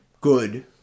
good